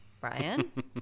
Brian